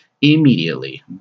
immediately